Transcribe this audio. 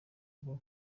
haba